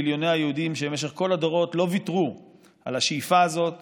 מיליוני היהודים שבמשך כל הדורות לא ויתרו על השאיפה הזאת